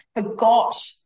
forgot